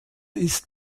ist